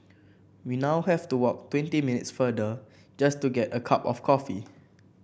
we now have to walk twenty minutes farther just to get a cup of coffee